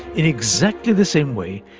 in exactly the same way,